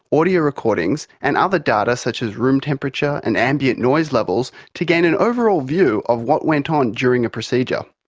audio recordings and other data such as room temperature and ambient noise levels to gain an overall view of what went on during a procedure.